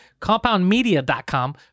CompoundMedia.com